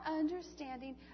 understanding